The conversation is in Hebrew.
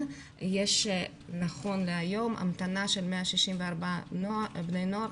יש נכון להיום המתנה של 164 בני נוער,